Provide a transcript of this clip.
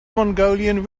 mongolian